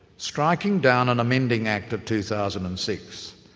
striking down an amending act of two thousand and six,